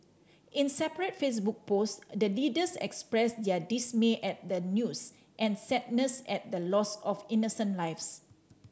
in separate Facebook post the leaders expressed their dismay at the news and sadness at the loss of innocent lives